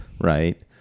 right